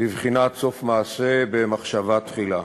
בבחינת "סוף מעשה במחשבה תחילה".